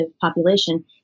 population